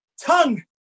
tongue